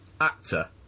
actor